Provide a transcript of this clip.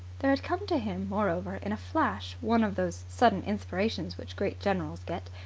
there had come to him, moreover, in a flash one of those sudden inspirations which great generals get.